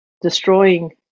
destroying